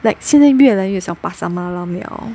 like 现在越来越少 pasar malam 了